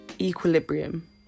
Equilibrium